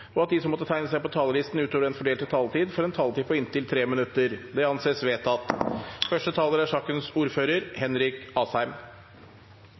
og at de som måtte tegne seg på talerlisten utover den fordelte taletid, får en taletid på inntil 3 minutter. – Det anses vedtatt.